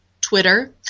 Twitter